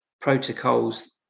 protocols